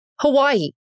Hawaii